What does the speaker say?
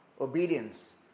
obedience